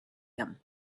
him